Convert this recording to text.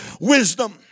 wisdom